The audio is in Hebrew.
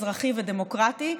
אזרחי ודמוקרטי,